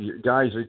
guys